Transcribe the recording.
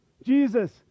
Jesus